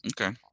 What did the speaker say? Okay